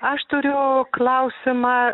aš turiu klausimą